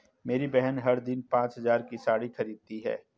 मेरी बहन हर दिन पांच हज़ार की साड़ी खरीदती है